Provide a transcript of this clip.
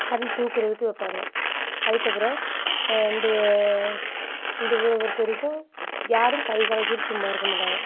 வாரில் தூக்குறதுக்கு வைப்பாங்க அதுக்கப்புறம் இந்த இந்த ஊரை பொருத்தவரைக்கும் யாரும் கை கால் வச்சுட்டு சும்மா இருக்கமாட்டாங்க